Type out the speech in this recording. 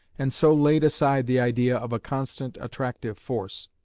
and so laid aside the idea of a constant attractive force.